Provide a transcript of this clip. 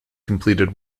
completed